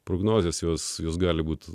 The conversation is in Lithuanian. prognozės jos jos gali būti